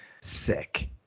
sick